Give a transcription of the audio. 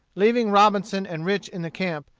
leaving robinson and rich in the camp,